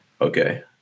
okay